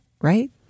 Right